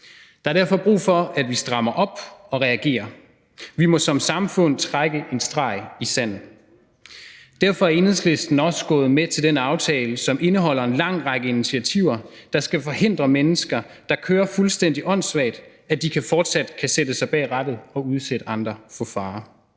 Der er derfor brug for, at vi strammer op og reagerer. Vi må som samfund trække en streg i sandet. Derfor er Enhedslisten også gået med til den aftale, som indeholder en lang række initiativer, der skal forhindre mennesker, der kører fuldstændig åndssvagt, i fortsat at kunne sætte sig bag rattet og udsætte andre for fare.